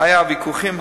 היו ויכוחים,